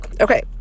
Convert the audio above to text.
okay